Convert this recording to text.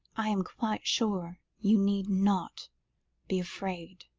i am quite sure you need not be afraid.